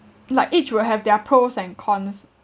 like each will have their pros and cons